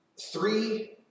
three